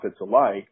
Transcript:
alike